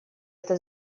это